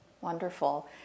wonderful